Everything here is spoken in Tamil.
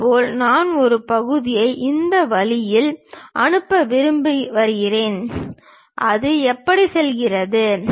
இதேபோல் நான் ஒரு பகுதியை இந்த வழியில் அனுப்ப விரும்புகிறேன் வருகிறது அது எப்படி செல்கிறது